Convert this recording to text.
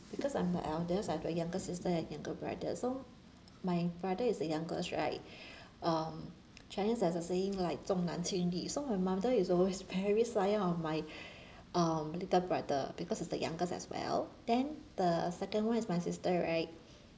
because I'm the eldest I have a younger sister and younger brother so my father is the youngest right um chinese has a saying like 重男轻女 so my mother is always very sayang of my um little brother because he's the youngest as well then the second one is my sister right